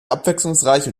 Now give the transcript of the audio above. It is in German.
abwechslungsreiche